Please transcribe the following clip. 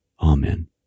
Amen